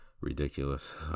ridiculous